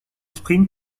sprint